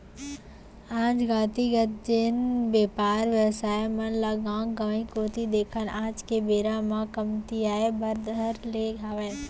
आज जातिगत जेन बेपार बेवसाय मन ल गाँव गंवाई कोती देखन आज के बेरा म कमतियाये बर धर ले हावय